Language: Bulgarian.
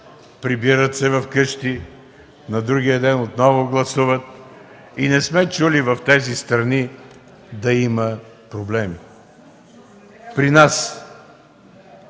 прибират се вкъщи, на другия ден отново гласуват и не сме чули в тези страни да има проблеми. При нас